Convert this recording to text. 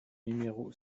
numéro